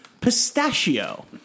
pistachio